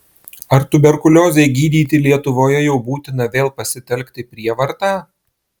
ar tuberkuliozei gydyti lietuvoje jau būtina vėl pasitelkti prievartą